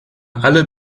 alle